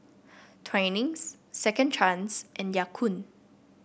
Twinings Second Chance and Ya Kun